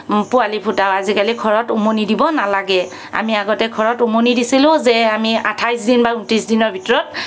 পোৱালী ফুটাও আজিকালি ঘৰত উমনি দিব নালাগে আমি আগতে ঘৰত উমনি দিছিলোঁ যে আমি আঠাইছ দিন বা ঊনত্ৰিছ দিনৰ ভিতৰত